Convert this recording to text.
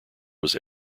was